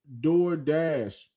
DoorDash